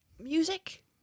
Music